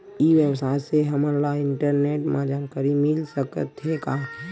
ई व्यवसाय से हमन ला इंटरनेट मा जानकारी मिल सकथे का?